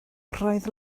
roedd